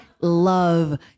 love